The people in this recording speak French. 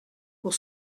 pour